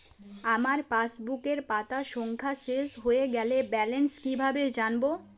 আমার পাসবুকের পাতা সংখ্যা শেষ হয়ে গেলে ব্যালেন্স কীভাবে জানব?